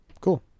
Cool